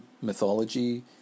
mythology